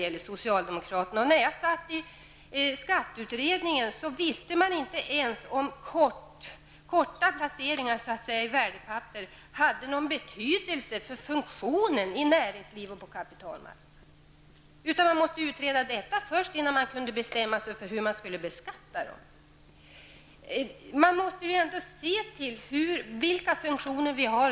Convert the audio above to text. I skatteutredningen, som jag tillhörde, visste man inte ens om korta placeringar i värdepapper hade någon betydelse för funktionen inom näringslivet och på kapitalmarknaden. Man måste först utreda detta, innan man kunde bestämma sig för hur värdepappren skulle beskattas.